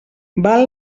val